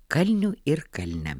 kalnių ir kalnę